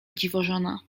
dziwożona